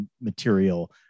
material